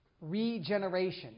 regeneration